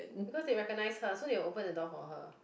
because they recognise her so they will open the door for her